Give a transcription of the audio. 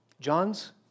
John's